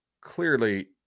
clearly